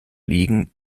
liegen